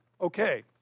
Okay